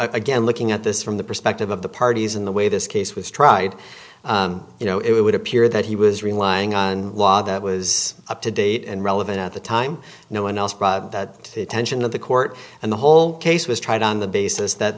again looking at this from the perspective of the parties in the way this case was tried you know it would appear that he was relying on a law that was up to date and relevant at the time no one else to attention of the court and the whole case was tried on the basis that